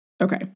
okay